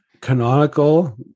Canonical